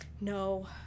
No